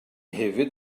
hefyd